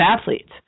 athletes